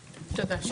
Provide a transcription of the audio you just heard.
תודה.